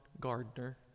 gardener